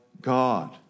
God